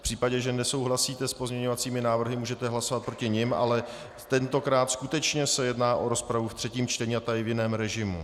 V případě, že nesouhlasíte s pozměňovacími návrhy, můžete hlasovat proti nim, ale tentokrát skutečně se jedná o rozpravu ve třetím čtení a ta je v jiném režimu.